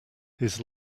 his